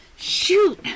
Shoot